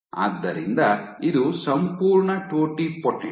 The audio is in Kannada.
ಆದ್ದರಿಂದ ಇದು ಸಂಪೂರ್ಣ ಟೊಟಿಪೊಟೆಂಟ್